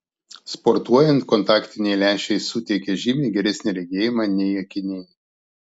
sportuojant kontaktiniai lęšiai suteikia žymiai geresnį regėjimą nei akiniai